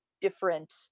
different